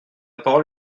parole